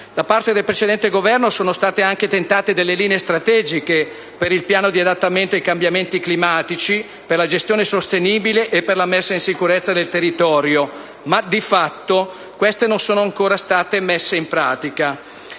Da parte del precedente Governo sono state anche tentate delle linee strategiche per il piano di adattamento ai cambiamenti climatici, per la gestione sostenibile e per la messa in sicurezza del territorio, ma di fatto queste non sono state ancora messe in pratica.